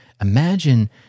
imagine